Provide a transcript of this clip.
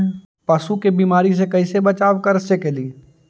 पशु के बीमारी से कैसे बचाब कर सेकेली?